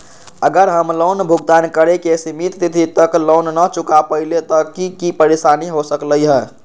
अगर हम लोन भुगतान करे के सिमित तिथि तक लोन न चुका पईली त की की परेशानी हो सकलई ह?